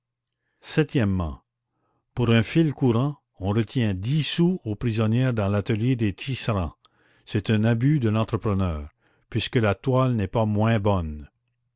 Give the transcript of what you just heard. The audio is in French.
septièmement pour un fil courant on retient dix sous au prisonnier dans l'atelier des tisserands c'est un abus de l'entrepreneur puisque la toile n'est pas moins bonne